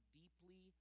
deeply